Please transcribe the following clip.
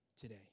today